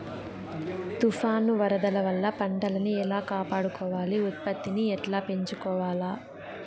తుఫాను, వరదల వల్ల పంటలని ఎలా కాపాడుకోవాలి, ఉత్పత్తిని ఎట్లా పెంచుకోవాల?